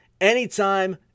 anytime